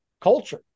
culture